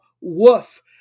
Woof